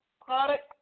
product